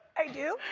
i do?